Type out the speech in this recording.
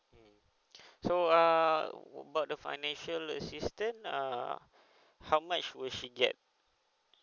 mmhmm so err about the financial assistant uh how much will she get